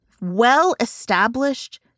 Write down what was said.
well-established